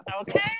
Okay